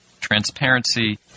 transparency